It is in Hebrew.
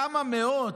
כמה מאות,